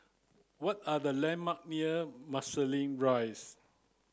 what are the landmarks near Marsiling Rise